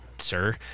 sir